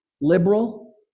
liberal